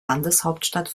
landeshauptstadt